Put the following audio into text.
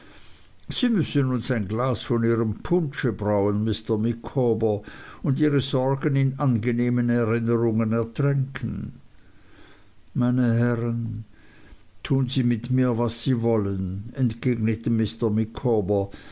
sie müssen uns ein glas von ihrem punsche brauen mr micawber und ihre sorgen in angenehmen erinnerungen ertränken meine herren tun sie mit mir was sie wollen entgegnete